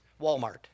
Walmart